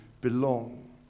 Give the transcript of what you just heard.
belong